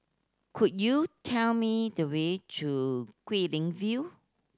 could you tell me the way to Guilin View